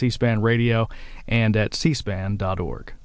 c span radio and at c span dot org